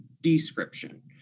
description